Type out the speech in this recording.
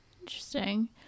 interesting